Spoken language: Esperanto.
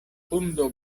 hundo